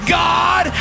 god